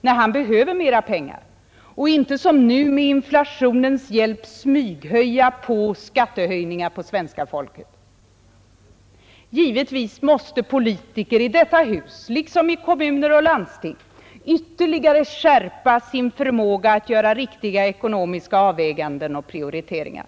när han behöver mera pengar, och inte som nu med inflationens hjälp smyghöja skattehöjningarna på svenska folket. Givetvis måste politiker i detta hus liksom i kommuner och landsting ytterligare skärpa sin förmåga att göra riktiga ekonomiska avvägningar och prioriteringar.